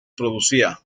producía